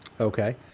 Okay